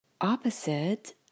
Opposite